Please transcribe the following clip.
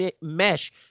mesh